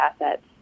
assets